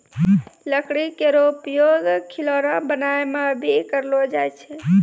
लकड़ी केरो उपयोग खिलौना बनाय म भी करलो जाय छै